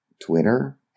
Twitter